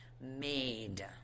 made